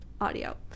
audio